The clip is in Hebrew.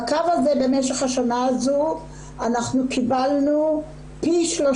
בקו הזה במשך השנה הזאת אנחנו קיבלנו פי 3